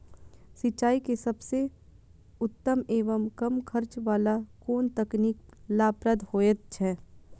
सिंचाई के सबसे उत्तम एवं कम खर्च वाला कोन तकनीक लाभप्रद होयत छै?